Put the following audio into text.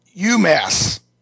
UMass